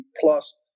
plus